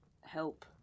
help